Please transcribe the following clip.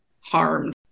harmed